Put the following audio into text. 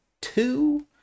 two